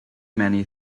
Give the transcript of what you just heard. many